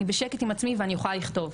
אני בשקט עם עצמי ואני יכולה לכתוב".